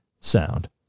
sound